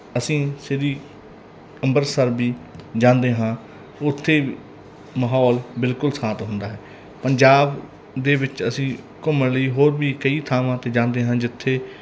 ਅਸੀਂ ਸ਼੍ਰੀ ਅੰਮ੍ਰਿਤਸਰ ਵੀ ਜਾਂਦੇ ਹਾਂ ਉੱਥੇ ਵੀ ਮਾਹੌਲ ਬਿਲਕੁਲ ਸ਼ਾਂਤ ਹੁੰਦਾ ਹੈ ਪੰਜਾਬ ਦੇ ਵਿੱਚ ਅਸੀਂ ਘੁੰਮਣ ਲਈ ਹੋਰ ਵੀ ਕਈ ਥਾਵਾਂ 'ਤੇ ਜਾਂਦੇ ਹਾਂ ਜਿੱਥੇ